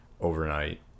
overnight